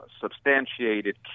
substantiated